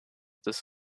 this